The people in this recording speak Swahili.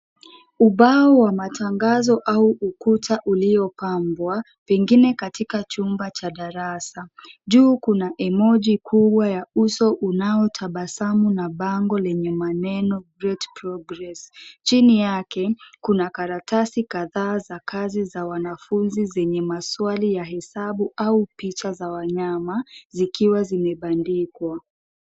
Ubao wa matangazo au ukuta uliopambwa pengine katika chumba cha darasa. Juu kuna emoji kubwa ya uso unaotabasamu na bango lenye maneno great progress . Chini yake kuna karatasi kadhaa za kazi za wanafunzi zenye maswali ya hesabu au picha za wanyama. Zikiwa zimebandikwa.